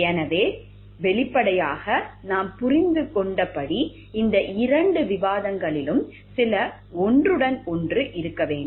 எனவே இருக்கும் வெளிப்படையாக நாம் புரிந்து கொண்டபடி இந்த இரண்டு விவாதங்களிலும் சில ஒன்றுடன் ஒன்று இருக்க வேண்டும்